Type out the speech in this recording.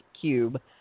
cube